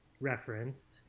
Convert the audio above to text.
referenced